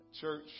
church